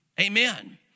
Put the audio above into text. Amen